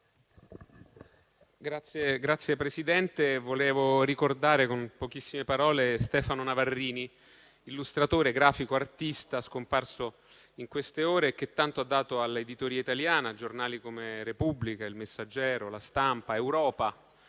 Signor Presidente, volevo ricordare con pochissime parole Stefano Navarrini, illustratore, grafico, artista scomparso in queste ore e che tanto ha dato all'editoria italiana (a giornali come «la Repubblica», «il Messaggero», «la Stampa», «Europa»)